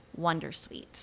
Wondersuite